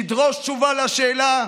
נדרוש תשובה על השאלה: